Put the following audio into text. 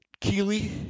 keely